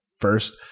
first